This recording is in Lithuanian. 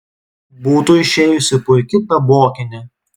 būtų išėjusi puiki tabokinė